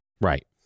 Right